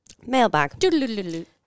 Mailbag